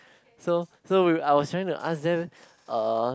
so so we were I was trying to ask them uh